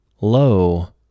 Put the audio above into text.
Lo